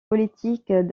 politique